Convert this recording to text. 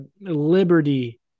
Liberty